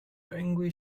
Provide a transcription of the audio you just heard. angry